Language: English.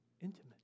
intimate